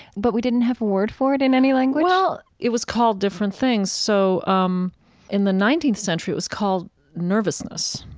but we didn't have a word for it in any language? well, it was called different things. so um in the nineteenth century, it was called nervousness.